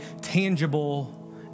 tangible